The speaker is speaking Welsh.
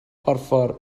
porffor